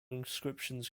inscriptions